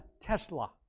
Tesla